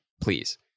please